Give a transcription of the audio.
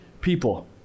people